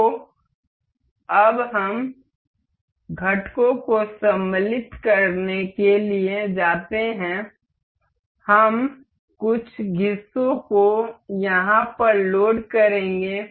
तो अब हम घटकों को सम्मिलित करने के लिए जाते हैं हम कुछ हिस्सों को यहाँ पर लोड करेंगे